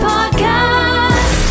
Podcast